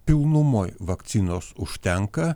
pilnumoj vakcinos užtenka